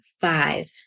five